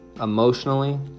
emotionally